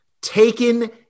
taken